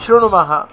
शृणुमः